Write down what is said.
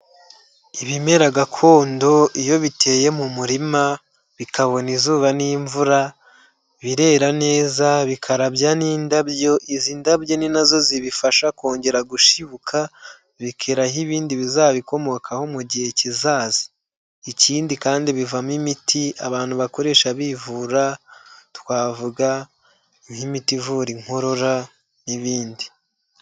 Ibimera gakondo iyo biteye mu murima bikabona izuba n'imvura birera neza bikarabya n'indabyo izi ndabyo ni nazo zibifasha kongera gushibuka bikeraho ibindi bizabikomokaho mu gihe kizaza ikindi kandi bivamo imiti abantu bakoresha bivura twavuga nk'imiti ivura inkorora n'ibindi.